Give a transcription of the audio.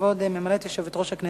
כבוד ממלאת-מקום יושבת-ראש הכנסת,